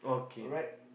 alright